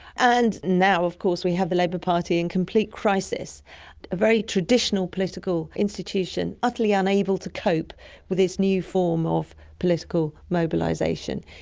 and now of course we have the labour party in complete crisis. a very traditional political institution utterly unable to cope with its new form of political mobilisation.